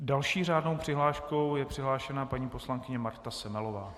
Další řádnou přihláškou je přihlášena paní poslankyně Marta Semelová.